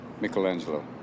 Michelangelo